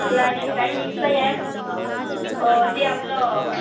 नाही नाही काही मिक्स नाही आहे ते आपलं